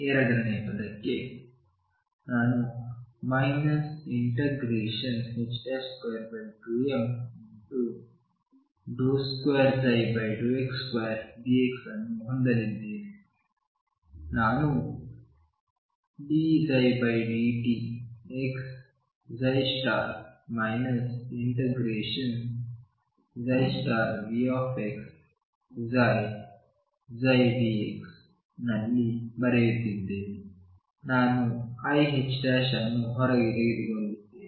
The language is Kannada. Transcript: ಎರಡನೆಯ ಪದಕ್ಕೆ ನಾನು 22m2x2dx ಅನ್ನು ಹೊಂದಲಿದ್ದೇನೆ ನಾನು dψdtx ∫Vxψψdxನಲ್ಲಿ ಬರೆಯುತ್ತಿದ್ದೇನೆ ನಾನು iℏ ಅನ್ನು ಹೊರಗೆ ತೆಗೆದುಕೊಂಡಿದ್ದೇನೆ